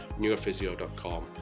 neurophysio.com